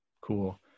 cool